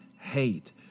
hate